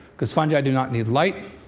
because fungi do not need light.